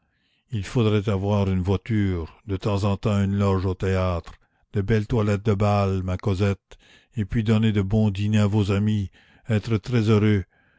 il faudra avoir une voiture de temps en temps une loge aux théâtres de belles toilettes de bal ma cosette et puis donner de bons dîners à vos amis être très heureux